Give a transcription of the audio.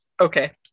Okay